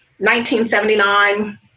1979